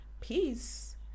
Peace